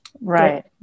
Right